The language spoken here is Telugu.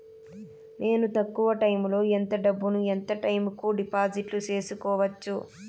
నేను తక్కువ టైములో ఎంత డబ్బును ఎంత టైము కు డిపాజిట్లు సేసుకోవచ్చు?